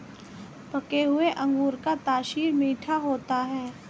पके हुए अंगूर का तासीर मीठा होता है